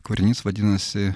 kūrinys vadinasi